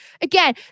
Again